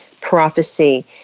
Prophecy